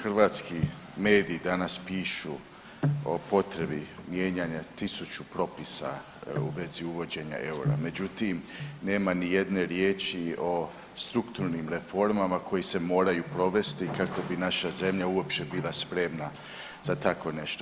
Hrvatski mediji danas pišu o potrebi mijenjanja tisuću propisa u vezi uvođenja eura, međutim nema nijedne riječi o strukturnim reformama koje se moraju provesti kako bi naša zemlja uopće bila spremna za tako nešto.